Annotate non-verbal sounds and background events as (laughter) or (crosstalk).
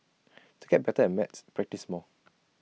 (noise) to get better at maths practise more